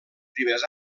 primers